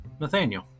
Nathaniel